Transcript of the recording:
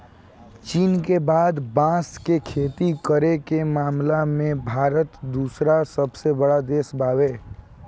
चीन के बाद बांस के खेती करे के मामला में भारत दूसरका सबसे बड़ देश बावे